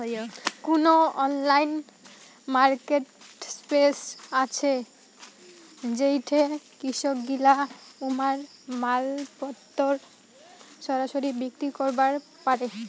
কুনো online marketplace আছে যেইঠে কৃষকগিলা উমার মালপত্তর সরাসরি বিক্রি করিবার পারে?